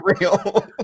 real